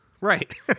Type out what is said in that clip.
Right